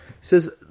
says